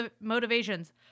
motivations